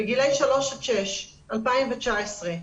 בגילי שלוש עד שש בשנת 2019,